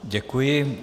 Děkuji.